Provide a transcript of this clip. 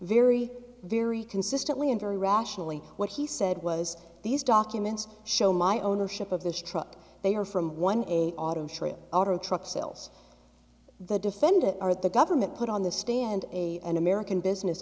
very very consistently and very rationally what he said was these documents show my ownership of this truck they are from one a truck sales the defendant are the government put on the stand a an american business